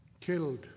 killed